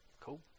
Cool